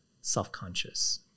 self-conscious